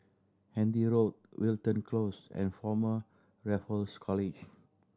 Handy Road Wilton Close and Former Raffles College